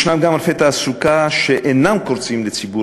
ישנם גם ענפי תעסוקה שאינם קורצים לציבור